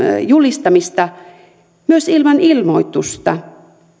julistamista niin myös ilman ilmoitusta